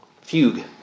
fugue